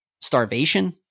starvation